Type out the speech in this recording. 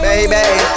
Baby